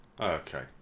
Okay